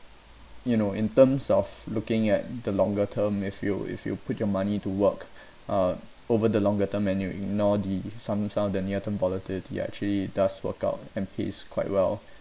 you know in terms of looking at the longer term if you if you put your money to work uh over the longer term and you ignore the some some of the near term volatility actually does work out and pays quite well